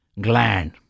gland